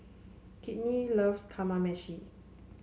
Kinte loves Kamameshi